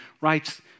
writes